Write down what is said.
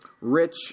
Rich